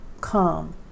come